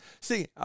See